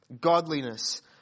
godliness